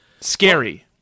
Scary